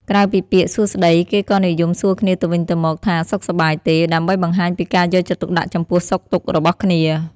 ក្រៅពីពាក្យ “សួស្ដី” គេក៏និយមសួរគ្នាទៅវិញទៅមកថា “សុខសប្បាយទេ?” ដើម្បីបង្ហាញពីការយកចិត្តទុកដាក់ចំពោះសុខទុក្ខរបស់គ្នា។